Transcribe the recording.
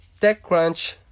TechCrunch